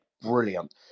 Brilliant